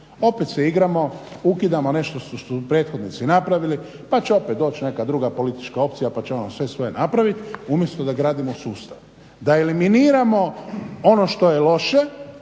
Opet se igramo, ukidamo nešto što su prethodnici napravili pa će opet doći neka druga politička opcija pa će ona sve svoje napraviti umjesto da gradimo sustav. Da eliminiramo ono što je loše,